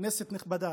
כנסת נכבדה,